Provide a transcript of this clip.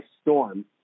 storm